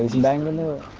and um of the middle